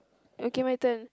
okay my turn